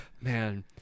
Man